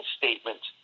statement